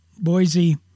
Boise